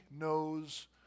knows